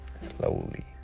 slowly